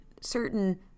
certain